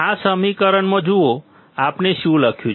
આ સમીકરણમાં જુઓ આપણે શું લખ્યું છે